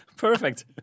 perfect